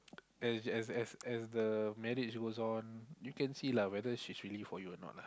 as as as as the marriage goes on you can see lah whether she's really for you or not lah